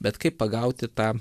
bet kaip pagauti tą